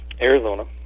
Arizona